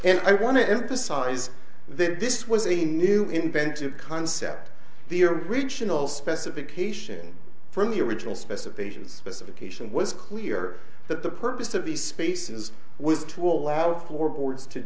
and i want to emphasize that this was a new invented concept the original specification from the original specification specification was clear that the purpose of these spaces was to allow for boards to